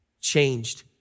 changed